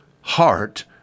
heart